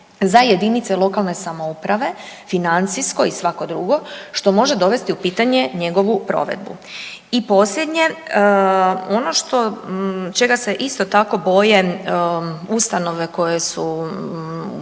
opterećenje za JLS financijsko i svako drugo što može dovesti u pitanje njegovu provedbu. I posljednje, ono što, čega se isto tako boje ustanove koje su na